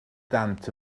dant